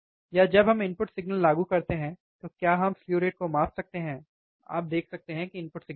या जब हम इनपुट सिग्नल लागू करते हैं तो क्या हम स्लु रेट को माप सकते हैं आप देख सकते हैं कि इनपुट सिग्नल है